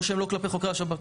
כלפי חוקרי השב"כ.